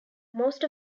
most